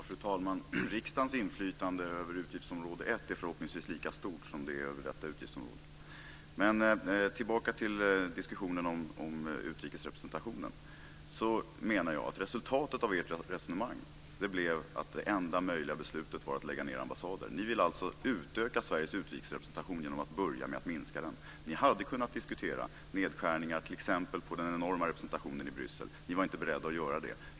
Fru talman! Riksdagens inflytande över utgiftsområde 1 är förhoppningsvis lika stort som det är över detta utgiftsområde. Men för att gå tillbaka till diskussionen om utrikesrepresentationen menar jag att resultatet av ert resonemang blev att det enda möjliga beslutet var att lägga ned ambassader. Ni vill alltså utöka Sveriges utrikesrepresentation genom att börja med att minska den. Ni hade kunnat diskutera nedskärningar t.ex. på den enorma representationen i Bryssel. Ni var inte beredda att göra det.